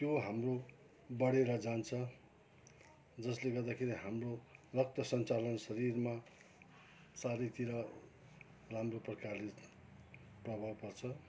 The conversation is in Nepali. त्यो हाम्रो बढेर जान्छ जसले गर्दाखेरि हाम्रो रक्त सञ्चालन शरीरमा चारैतिर राम्रो प्रकारले प्रभाव पर्छ